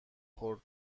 خورد